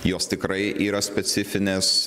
jos tikrai yra specifinės